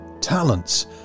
talents